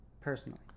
personally